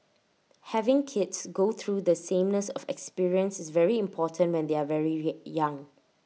having kids go through the sameness of experience is very important when they are very week young